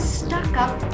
stuck-up